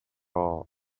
are